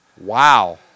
Wow